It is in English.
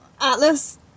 Atlas